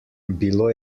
bilo